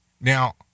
Now